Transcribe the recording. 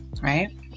right